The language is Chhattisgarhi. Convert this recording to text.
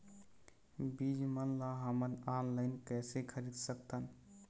बीज मन ला हमन ऑनलाइन कइसे खरीद सकथन?